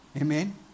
Amen